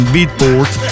Beatport